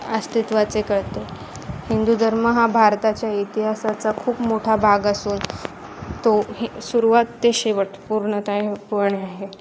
अस्तित्वाचे कळते हिंदू धर्म हा भारताच्या इतिहासाचा खूप मोठा भाग असून तो हे सुरुवात ते शेवट पूर्णतः पूर्ण आहे